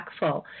impactful